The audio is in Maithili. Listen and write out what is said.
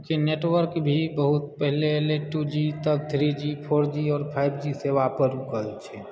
नेटवर्क भी बहुत पहिले एलय टु जी तब थ्री जी फोर जी आओर फाइव जी सेवा पर रूकल छै